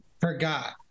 forgot